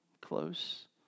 Close